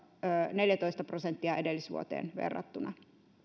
neljätoista prosenttia edellisvuoteen verrattuna